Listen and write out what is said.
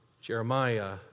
Jeremiah